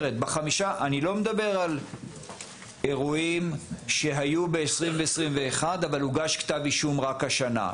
אני לא מדבר על אירועים שהיו ב-2021 אבל הוגש כתב אישום רק השנה.